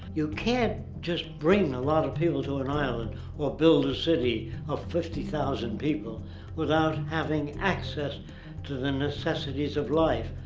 you can't just bring a lot of people to an island or build a city of fifty thousand people having access to the necessities of life.